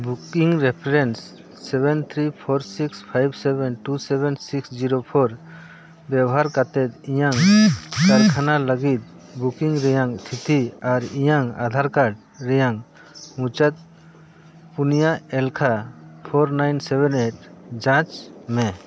booking reference seven three four six five seven two seven six zero four ᱵᱮᱵᱚᱦᱟᱨ ᱠᱟᱛᱮᱫ ᱤᱧᱟᱹᱜ ᱠᱟᱨᱠᱷᱟᱱᱟ ᱞᱟᱹᱜᱤᱫ ᱵᱩᱠᱤᱝ ᱨᱮᱭᱟᱜ ᱛᱷᱤᱛᱤ ᱟᱨ ᱤᱧᱟᱹᱝ ᱟᱫᱷᱟᱨ ᱠᱟᱨᱰ ᱨᱮᱭᱟᱜ ᱢᱩᱪᱟᱹᱫ ᱯᱳᱱᱭᱟ ᱮᱞᱠᱷᱟ ᱯᱷᱳᱨ ᱱᱟᱭᱤᱱ ᱥᱮᱵᱷᱮᱱ ᱮᱭᱤᱴ ᱡᱟᱪ ᱢᱮ